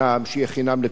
שיהיה חינם לכולם,